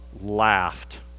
laughed